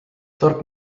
tark